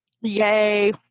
Yay